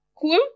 cool